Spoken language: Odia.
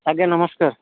ଆଜ୍ଞା ନମସ୍କାର